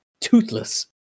toothless